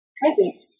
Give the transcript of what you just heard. presence